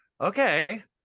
okay